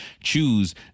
choose